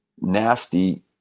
nasty